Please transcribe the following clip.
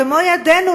במו-ידינו,